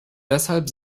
deshalb